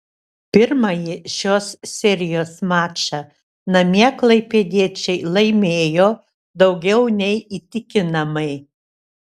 pirmąjį šios serijos mačą namie klaipėdiečiai laimėjo daugiau nei įtikinamai